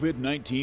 COVID-19